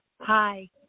Hi